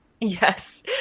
yes